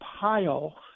pile